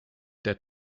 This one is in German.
der